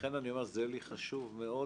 לכן אני אומר שזה חשוב לי מאוד,